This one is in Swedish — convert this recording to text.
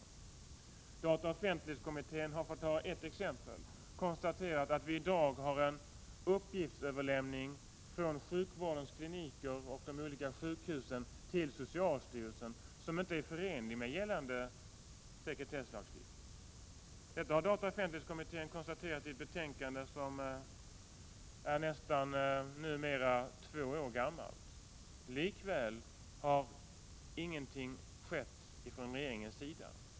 För att ta ett exempel har dataoch offentlighetskommittén konstaterat att vi i dag har en uppgiftsöverlämning från sjukvårdskliniker och de olika sjukhusen till socialstyrelsen som inte är förenlig med gällande sekretesslagstiftning. Detta har dataoch offentlighetskommittén konstaterat i ett betänkande som numera är nästan två år gammalt. Likväl har ingenting skett från regeringens sida.